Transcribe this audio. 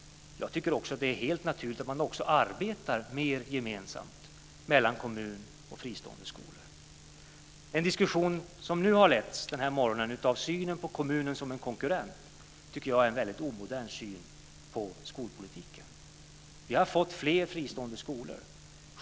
Det är också helt naturligt att arbeta mer gemensamt mellan kommun och fristående skolor. Den diskussion som har förts under morgonen om synen på kommunen som en konkurrent är en omodern syn på skolpolitiken. Vi har fått fler fristående skolor.